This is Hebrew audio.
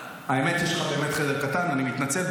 האמת, יש לך באמת חדר קטן, אני מתנצל.